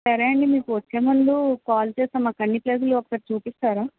సరే అండి మీకు వచ్చే ముందు కాల్ చేస్తాం మాకు అన్నిప్లేసులు ఒకసారి చూపిస్తారా